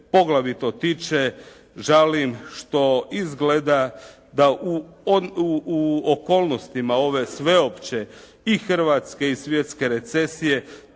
poglavito tiče žalim što izgleda da u okolnostima ove sveopće i hrvatske i svjetske recesije